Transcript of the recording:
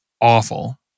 awful